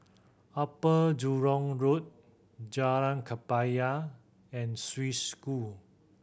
Upper Jurong Road Jalan Kebaya and Swiss School